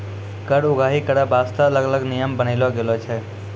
कर उगाही करै बासतें अलग नियम बनालो गेलौ छै